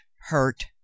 hurt